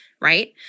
right